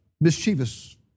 mischievous